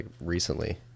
recently